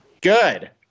Good